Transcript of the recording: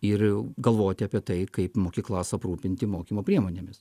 ir galvoti apie tai kaip mokyklas aprūpinti mokymo priemonėmis